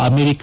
America